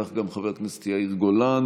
כך גם חבר הכנסת יאיר גולן,